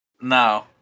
No